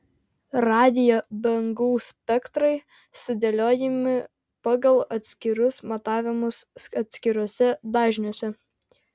radijo bangų spektrai sudėliojami pagal atskirus matavimus atskiruose dažniuose